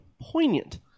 Poignant